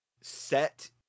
set